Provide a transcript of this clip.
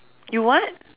you what